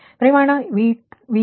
ಪ್ರಮಾಣ V3 1